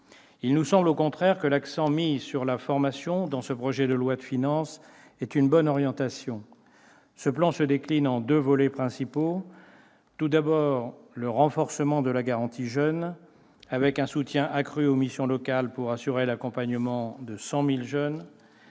Il nous semble, au contraire, que l'accent mis sur la formation dans ce projet de loi de finances est une bonne orientation. Ce plan se décline en deux volets principaux : tout d'abord, le renforcement de la garantie jeunes, avec un soutien accru aux missions locales pour assurer l'accompagnement de 100 000 jeunes